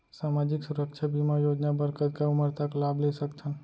सामाजिक सुरक्षा बीमा योजना बर कतका उमर तक लाभ ले सकथन?